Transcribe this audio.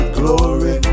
glory